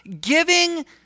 giving